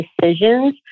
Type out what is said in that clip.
decisions